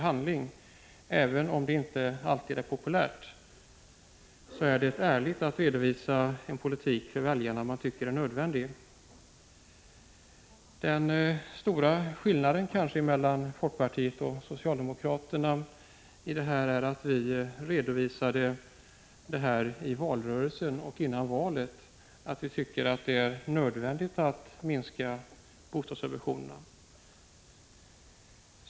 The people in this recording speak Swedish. Även om det inte alltid är populärt, är det ärligt att redovisa för väljarna vilken politik man tycker är nödvändig. Den stora skillnaden mellan folkpartiet och socialdemokraterna i det här fallet kanske är att vi redovisade i valrörelsen och före valet att vi tycker att det är nödvändigt att minska bostadssubventionerna.